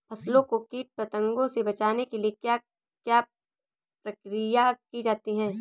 फसलों को कीट पतंगों से बचाने के लिए क्या क्या प्रकिर्या की जाती है?